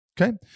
Okay